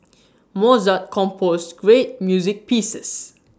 Mozart composed great music pieces